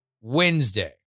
Wednesday